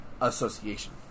Association